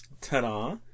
Ta-da